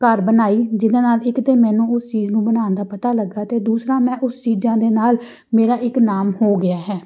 ਘਰ ਬਣਾਈ ਜਿਹਦੇ ਨਾਲ਼ ਇੱਕ ਤਾਂ ਮੈਨੂੰ ਉਸ ਚੀਜ਼ ਨੂੰ ਬਣਾਉਣ ਦਾ ਪਤਾ ਲੱਗਾ ਅਤੇ ਦੂਸਰਾ ਮੈਂ ਉਸ ਚੀਜ਼ਾਂ ਦੇ ਨਾਲ਼ ਮੇਰਾ ਇੱਕ ਨਾਮ ਹੋ ਗਿਆ ਹੈ